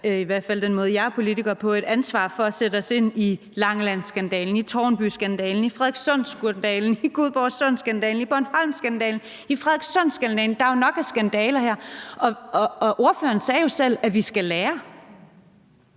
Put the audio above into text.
i hvert fald den måde, jeg er politiker på – et ansvar for at sætte os ind i Langelandskandalen, i Tårnbyskandalen, i Frederikssundskandalen, i Guldborgsundskandalen og i Bornholmskandalen. Der er jo nok af skandaler her, og ordføreren sagde jo selv, at vi skal lære.